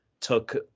took